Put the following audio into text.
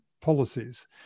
policies